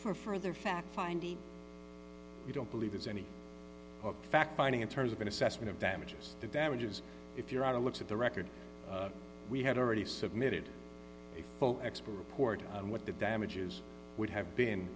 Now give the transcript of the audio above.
for further fact finding you don't believe there's any fact finding in terms of an assessment of damages the damages if you're out a look at the record we had already submitted a full expert report on what the damages would have been